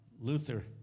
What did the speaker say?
Luther